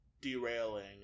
derailing